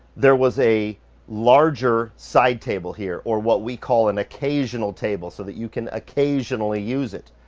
there was a larger side table here or what we call an occasional table so that you can occasionally use it.